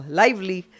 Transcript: lively